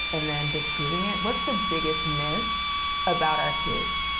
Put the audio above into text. and then disproving it. what's the biggest myth about our kids?